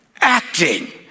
Acting